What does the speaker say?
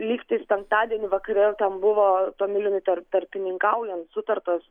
lygtais penktadienį vakare ten buvo tomilinui tar tarpininkaujant sutartas